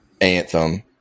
Anthem